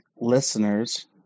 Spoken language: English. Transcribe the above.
listeners